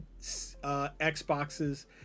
xboxes